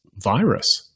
virus